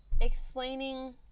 explaining